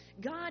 God